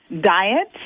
diet